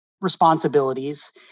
responsibilities